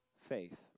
faith